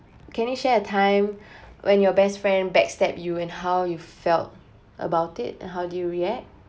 can you share a time when your best friend back stab you and how you felt about it how did you react